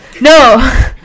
no